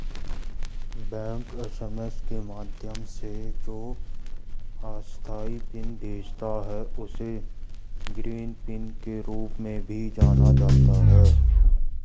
bank SMS के माध्यम से जो अस्थायी पिन भेजता है, उसे ग्रीन पिन के रूप में भी जाना जाता है